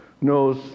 knows